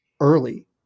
early